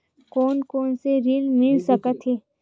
कोन कोन से ऋण मिल सकत हे?